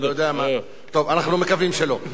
טוב, אנחנו מקווים שלא.